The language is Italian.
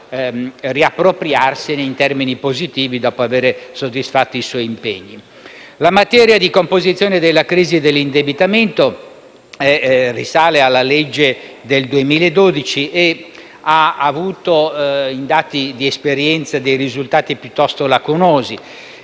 La materia della composizione della crisi e dell'indebitamento risale alla legge n. 3 del 2012 e ha avuto, in termini di esperienza, risultati piuttosto lacunosi.